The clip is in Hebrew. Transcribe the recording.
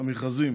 המכרזים